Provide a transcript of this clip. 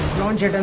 non-jew,